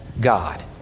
God